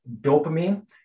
dopamine